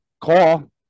call